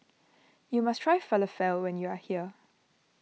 you must try Falafel when you are here